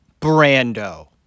Brando